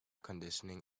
conditioning